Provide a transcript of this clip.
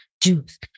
juice